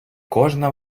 кожна